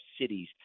cities